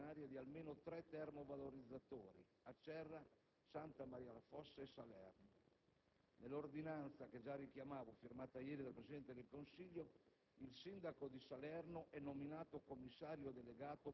dotare la Regione Campania, attraverso procedure straordinarie, di almeno tre termovalorizzatori (Acerra, Santa Maria La Fossa e Salerno). Nell'ordinanza, che ho precedentemente richiamato, firmata ieri dal Presidente del Consiglio,